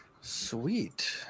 sweet